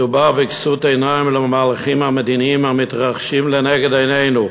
מדובר בכסות עיניים למהלכים המדיניים המתרחשים לנגד עינינו.